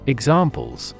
Examples